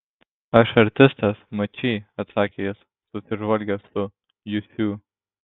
aš artistas mačy atsakė jis susižvalgęs su jusiu